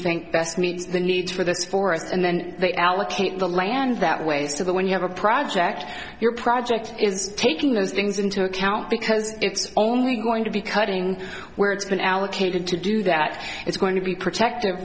think best meets the needs for the forests and then they allocate the land that weighs to the when you have a project your project is taking those things into account because it's only going to be cutting where it's been allocated to do that it's going to be protective